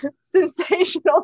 sensational